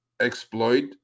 exploit